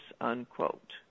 unquote